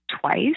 twice